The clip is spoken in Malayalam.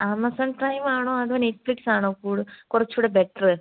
ആമസോൺ പ്രൈമാണോ അതോ നെറ്റ്ഫ്ളിക്സ്സാണോ കൂട് കുറച്ചുകൂടെ ബെറ്റർ